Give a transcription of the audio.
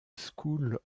school